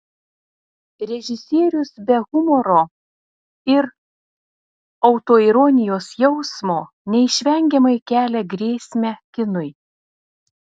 režisierius be humoro ir autoironijos jausmo neišvengiamai kelia grėsmę kinui